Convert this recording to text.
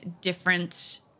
different